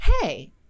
Hey